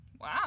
wow